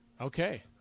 Okay